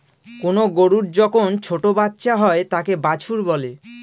কোনো গরুর যখন ছোটো বাচ্চা হয় তাকে বাছুর বলে